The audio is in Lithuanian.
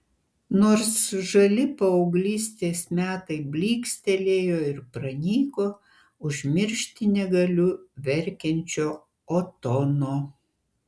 nors žali paauglystės metai blykstelėjo ir pranyko užmiršti negaliu verkiančio otono